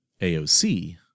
AOC